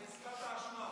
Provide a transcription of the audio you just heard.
הבאתי, על חזקת האשמה.